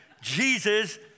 Jesus